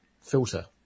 filter